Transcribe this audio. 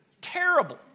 Terrible